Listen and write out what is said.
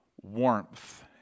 warmth